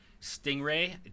Stingray